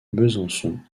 besançon